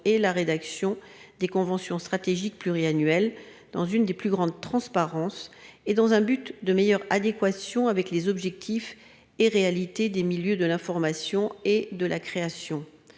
et la rédaction des conventions stratégique pluriannuel dans une des plus grande transparence et dans un but de meilleure adéquation avec les objectifs et réalité des milieux de l'information et de la création.